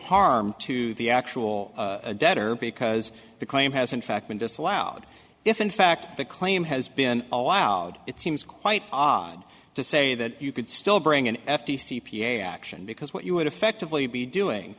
harm to the actual debtor because the claim has in fact been disallowed if in fact the claim has been allowed it seems quite odd to say that you could still bring an f d c p a action because what you would effectively be doing